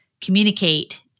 communicate